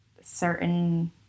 certain